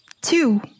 two